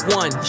one